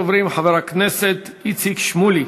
ראשון הדוברים, חבר הכנסת איציק שמולי.